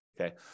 Okay